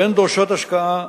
והן דורשות השקעה עצומה.